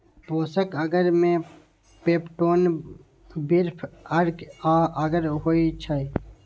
पोषक अगर मे पेप्टोन, बीफ अर्क आ अगर होइ छै